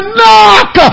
knock